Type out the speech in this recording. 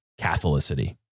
Catholicity